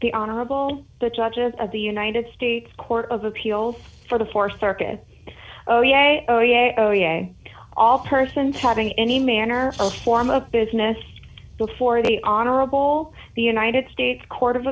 the honorable the judges of the united states court of appeals for the th circuit oh yea oh yea oh yea all persons having any manner or form of business before the honorable the united states court of